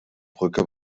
brücke